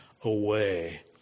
away